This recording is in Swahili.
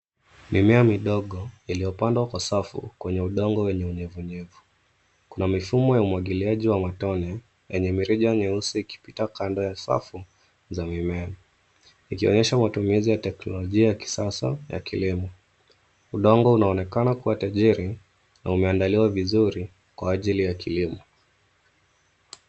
Mimea midogo iliyopandwa kwa safu kwenye udongo wenye unyevunyevu. Kuna mifumo ya umwagiliaji wa matone yenye mrija nyeusi ikipita kando ya safu za mimea ikionyesha matumizi ya teknolojia ya kisasa ya kilimo. Udongo unaonekana kuwa tajiri na umeandaliwa vizuri kwa ajili ya kilimo.